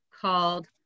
called